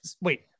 Wait